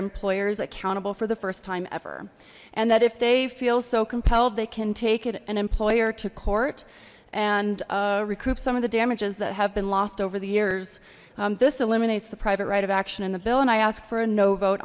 employers accountable for the first time ever and that if they feel so compelled they can take it an employer to court and recoup some of the damages that have been lost over the years this eliminates the private right of action in the bill and i ask for a no vote